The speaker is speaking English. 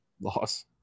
loss